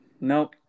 Nope